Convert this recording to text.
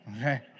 okay